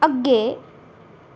ਅੱਗੇ